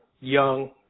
young